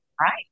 Right